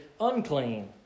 unclean